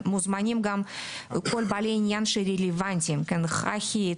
מוזמנים כל בעלי העניין הרלוונטיים: חח"י,